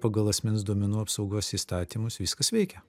pagal asmens duomenų apsaugos įstatymus viskas veikia